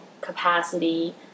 capacity